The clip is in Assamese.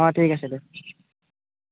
অঁ ঠিক আছে দে